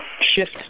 shift